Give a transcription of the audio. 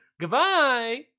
goodbye